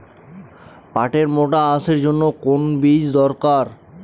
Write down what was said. পাটের মোটা আঁশের জন্য কোন বীজ দরকার?